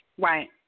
right